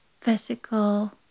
physical